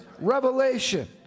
revelation